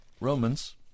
Romans